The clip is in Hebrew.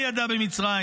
מה ידע במצרים,